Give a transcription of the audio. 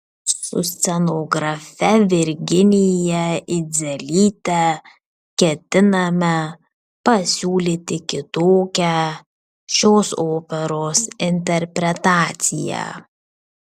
su scenografe virginija idzelyte ketiname pasiūlyti kitokią šios operos interpretaciją